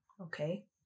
Okay